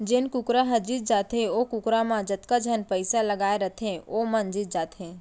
जेन कुकरा ह जीत जाथे ओ कुकरा म जतका झन पइसा लगाए रथें वो मन जीत जाथें